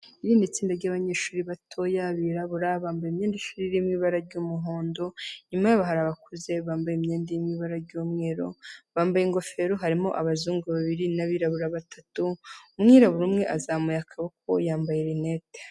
Iri ni itsinda ry'abanyeshuri batoya birabura bambaye imyenda y'ishuri iri mu ibara ry'umuhondo, inyuma yabo hari abakuze bambaye imyenda iri mu ibara ry'umweru bambaye ingofero, harimo abazungu babiri n'abirabura batatu, umwirabura umwe azamuye akaboko yambaye rinete.